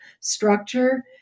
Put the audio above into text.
structure